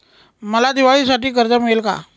मला दिवाळीसाठी कर्ज मिळेल का?